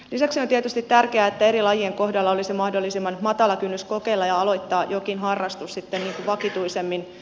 lisäksi on tietysti tärkeää että eri lajien kohdalla olisi mahdollisimman matala kynnys kokeilla ja aloittaa jokin harrastus sitten vakituisemmin